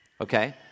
Okay